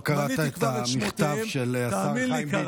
לא קראת את המכתב של השר חיים ביטון.